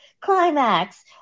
climax